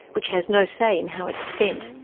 which has no say in how it's spent.